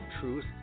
Truth